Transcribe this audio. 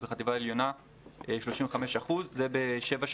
בחטיבה העליונה 35%. זה בשבע שנים,